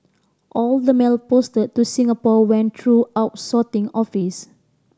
all the mail posted to Singapore went through our sorting office